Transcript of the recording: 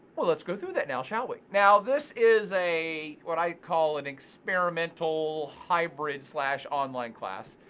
well, let's go through that now, shall we? now this is a, what i call, an experimental hybrid slash online class.